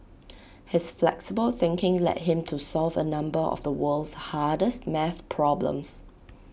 his flexible thinking led him to solve A number of the world's hardest math problems